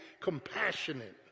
compassionate